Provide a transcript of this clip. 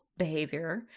behavior